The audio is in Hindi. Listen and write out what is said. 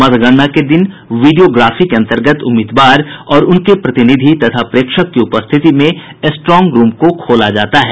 मतगणना के दिन वीडियोग्राफी के अंतर्गत उम्मीदवार और उनके प्रतिनिधि तथा प्रेक्षक की उपस्थिति में स्ट्रांग रूम खोला जाता है